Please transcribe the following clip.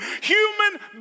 Human